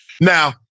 Now